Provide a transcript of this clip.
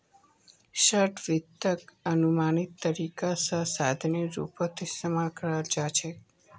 short वित्तक अनुमानित तरीका स साधनेर रूपत इस्तमाल कराल जा छेक